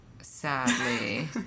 sadly